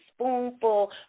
spoonful